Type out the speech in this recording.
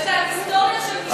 שיש להם היסטוריה של משאלי עם.